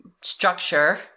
structure